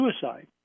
suicide